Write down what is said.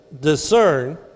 discern